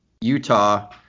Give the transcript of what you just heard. Utah